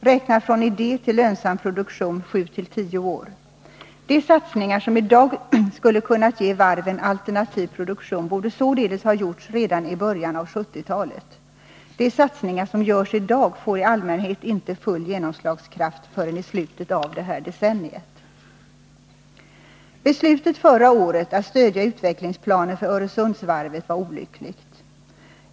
Räknat från idé till lönsam produktion tar det sju till tio år. De satsningar som i dag skulle ha kunnat ge varven alternativ produktion borde således ha gjorts redan i början av 1970-talet. De satsningar som görs i dag får i allmänhet inte full genomslagskraft förrän i slutet på det här decenniet. Beslutet förra året att stödja utvecklingsplanen för Öresundsvarvet var olyckligt.